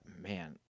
man –